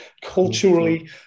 culturally